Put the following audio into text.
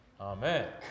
Amen